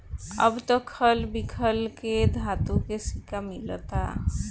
अब त खल बिखल के धातु के सिक्का मिलता